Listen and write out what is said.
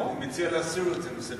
אז אני מציע להסיר את זה מסדר-היום.